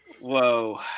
Whoa